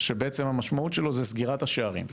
שבעצם המשמעות שלו היא סגירת השערים.